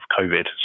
COVID